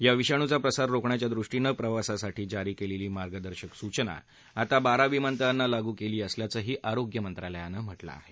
या विषाणुचा प्रसार रोखण्याच्या दृष्टीनं प्रवासासाठी जारी केलेली मार्गदर्शक सूचना आता बारा विमानतळांना लागू केली असल्याघंही आरोग्य मंत्रालयानं म्हा कें आहे